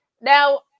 Now